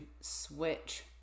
switch